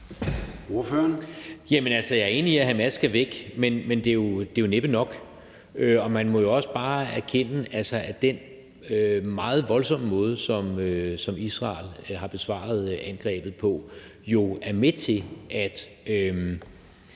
Jeg er enig i, at Hamas skal væk, men det er jo næppe nok, og man må jo også bare erkende, at den meget voldsomme måde, som Israel har besvaret angrebet på, er med til at